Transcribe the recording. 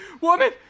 woman